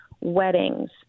weddings